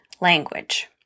Language